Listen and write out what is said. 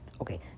Okay